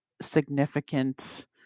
significant